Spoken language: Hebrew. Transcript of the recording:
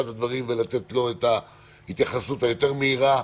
הדברים ולתת את ההתייחסות היותר מהירה,